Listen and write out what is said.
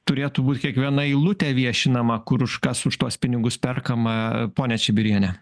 turėtų būt kiekviena eilutė viešinama kur už kas už tuos pinigus perkama ponia čibiriene